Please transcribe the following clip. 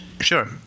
Sure